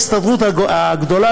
ההסתדרות הגדולה,